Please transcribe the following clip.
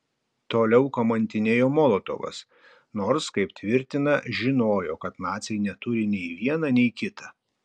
toliau kamantinėjo molotovas nors kaip tvirtina žinojo kad naciai neturi nei viena nei kita